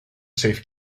safe